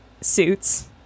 suits